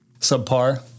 subpar